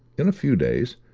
in a few days.